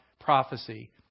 prophecy